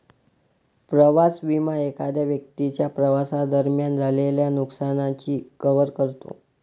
प्रवास विमा एखाद्या व्यक्तीच्या प्रवासादरम्यान झालेल्या नुकसानाची कव्हर करतो